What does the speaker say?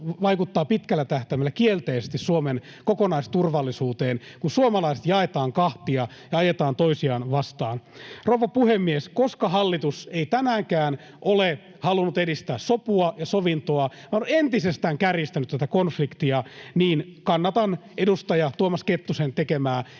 vaikuttaa pitkällä tähtäimellä kielteisesti Suomen kokonaisturvallisuuteen, kun suomalaiset jaetaan kahtia ja ajetaan toisiaan vastaan? Rouva puhemies! Koska hallitus ei tänäänkään ole halunnut edistää sopua ja sovintoa vaan on entisestään kärjistänyt tätä konfliktia, niin kannatan edustaja Tuomas Kettusen tekemää